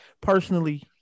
personally